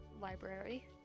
library